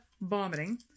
vomiting